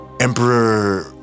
Emperor